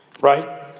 Right